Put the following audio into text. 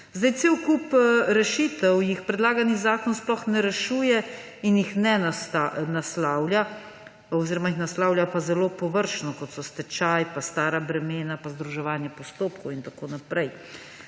Cel kup zadev predlagani zakon sploh ne rešuje in jih ne naslavlja oziroma jih naslavlja zelo površno, kot so stečaj, stara bremena, združevanje postopkov in tako naprej.